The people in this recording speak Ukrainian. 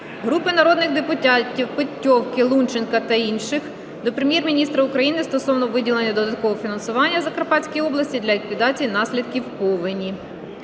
Групи народних депутатів (Петьовки, Лунченка та інших) до Прем'єр-міністра України стосовно виділення додаткового фінансування Закарпатській області для ліквідації наслідків повені.